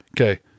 okay